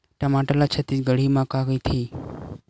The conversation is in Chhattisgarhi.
टमाटर ला छत्तीसगढ़ी मा का कइथे?